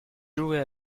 jouait